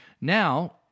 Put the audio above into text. now